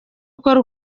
ukora